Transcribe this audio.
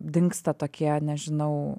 dingsta tokie nežinau